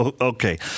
Okay